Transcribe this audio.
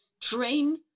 train